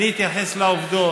אני אתייחס לעובדות.